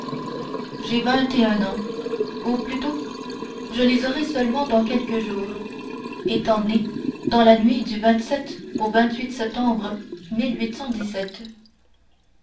j'ai vingt et un ans ou plutôt je les aurai seulement dans quelques jours étant né dans la nuit du au septembre